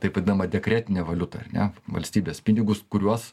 taip vadinamą dekretinę valiutą ar ne valstybės pinigus kuriuos